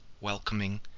welcoming